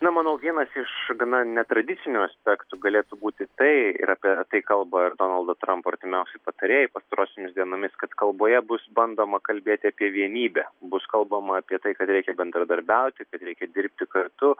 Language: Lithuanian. na manau vienas iš gana netradicinių aspektų galėtų būti tai ir apie tai kalba ir donaldo trampo artimiausi patarėjai pastarosiomis dienomis kad kalboje bus bandoma kalbėti apie vienybę bus kalbama apie tai kad reikia bendradarbiauti kad reikia dirbti kartu